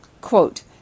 Quote